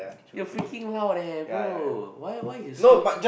you're freaking loud eh bro why why you so